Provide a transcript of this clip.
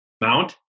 Mount